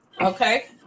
Okay